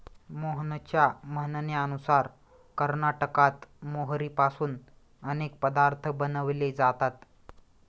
मोहनच्या म्हणण्यानुसार कर्नाटकात मोहरीपासून अनेक पदार्थ बनवले जातात